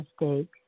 mistakes